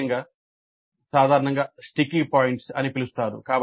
ముఖ్యంగా సాధారణంగా sticky points అని పిలుస్తారు